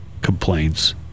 complaints